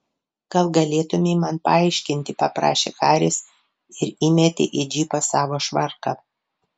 gal galėtumei man paaiškinti paprašė haris ir įmetė į džipą savo švarką